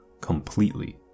completely